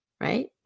right